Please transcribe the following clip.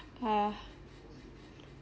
uh